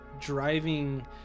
driving